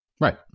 Right